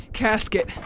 casket